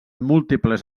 múltiples